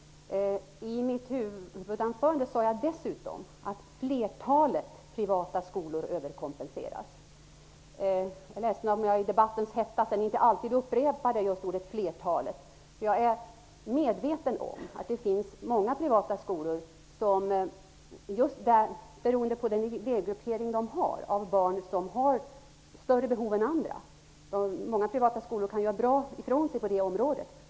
I mitt huvudanförande sade jag dessutom att flertalet privata skolor överkompenseras. Jag är ledsen om jag i debattens hetta inte alltid upprepar just ordet flertalet. Jag är medveten om att det finns många privata skolor som har en elevgruppering av barn som har större behov än andra. Många privata skolor kan göra bra ifrån sig på det området.